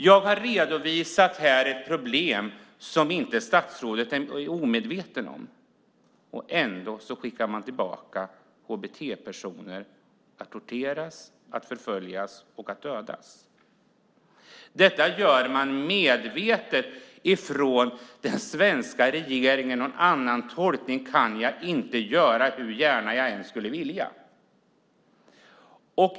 Jag har här redovisat ett problem som statsrådet inte är omedveten om, och ändå skickar man tillbaka hbt-personer att torteras, förföljas och dödas. Detta gör man medvetet från den svenska regeringen. Någon annan tolkning kan jag inte göra hur gärna jag än skulle vilja.